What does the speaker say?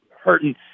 hurting